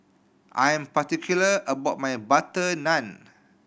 I am particular about my butter naan